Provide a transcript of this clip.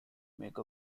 make